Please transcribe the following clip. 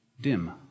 dim